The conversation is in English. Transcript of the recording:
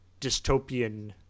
dystopian